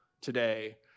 today